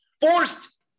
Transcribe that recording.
forced